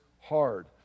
hard